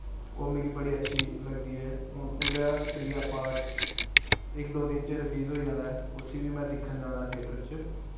ओह् मिगी बड़ी अच्छी लगदी ऐ हुन ओह्दा त्रीया पाठ इक दो दिन च रिलीज होई जाना ऐ उसी बी में दिक्खन जाना ऐ थिएटर च